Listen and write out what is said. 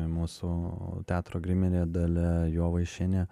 mūsų teatro grimerė dalia jovaišienė